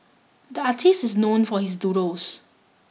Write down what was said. the artist is known for his doodles